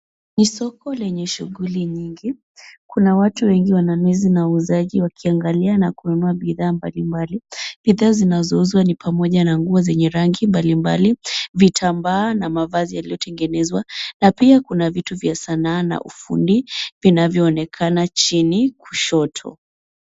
Ni soko lenye shughuli nyingi. Kuna watu wengi wanunuzi na wauzaji wakiangalia na kununua bidhaa mbalimbali. Bidhaa zinazouzwa ni pamoja na nguo zenye rangi mbalimbali, vitambaa na mavazi yaliyotengenezwa na pia kuna vitu vya Sanaa na ufundi vinavyoonekana chini kushoto.